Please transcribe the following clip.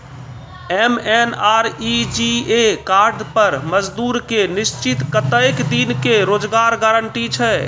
MNREGA card पर मजदुर के निश्चित कत्तेक दिन के रोजगार गारंटी छै?